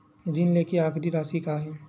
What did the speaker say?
ऋण लेके आखिरी राशि का हे?